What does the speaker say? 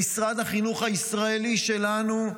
במשרד החינוך הישראלי שלנו,